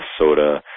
Minnesota